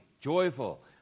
joyful